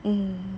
hmm